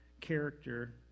character